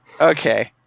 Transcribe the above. okay